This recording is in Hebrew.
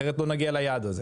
אחרת לא נגיע ליעד הזה.